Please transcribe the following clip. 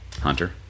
Hunter